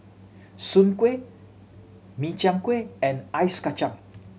soon kway Min Chiang Kueh and Ice Kachang